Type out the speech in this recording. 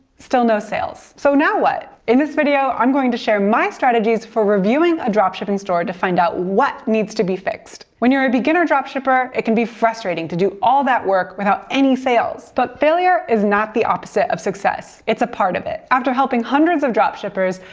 still no sales. so now what? in this video i'm going to share my strategies for reviewing a dropshipping store to find out what needs to be fixed. when you're a beginner dropshipper, it can be frustrating to do all that work without any sales. but, failure is not the opposite of success, it's part of it! after helping hundreds of dropshippers,